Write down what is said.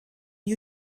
new